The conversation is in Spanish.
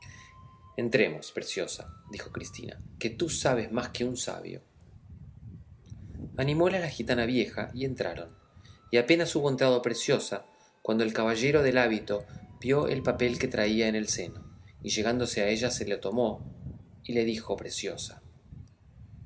entremos preciosa dijo cristina que tú sabes más que un sabio animólas la gitana vieja y entraron y apenas hubo entrado preciosa cuando el caballero del hábito vio el papel que traía en el seno y llegándose a ella se le tomó y dijo preciosa